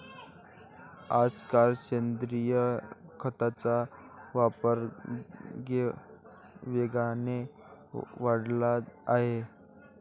आजकाल सेंद्रिय खताचा वापर वेगाने वाढला आहे